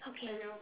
okay